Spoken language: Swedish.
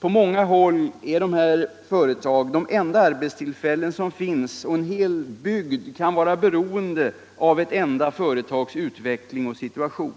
På många håll erbjuder dessa företag de enda arbetstillfällen som finns och en hel bygd kan vara beroende av ett enda företags utveckling och situation.